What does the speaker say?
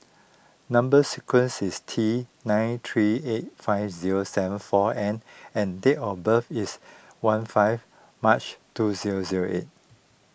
Number Sequence is T nine three eight five zero seven four N and date of birth is one five March two zero zero eight